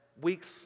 weeks